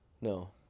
No